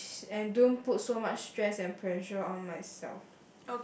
she and don't put so much stress and pressure on myself